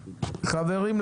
חברים.